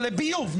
או לביוב,